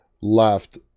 left